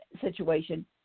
situation